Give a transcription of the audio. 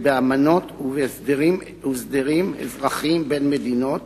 באמנות ובהסדרים אזרחיים בין מדינות,